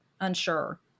unsure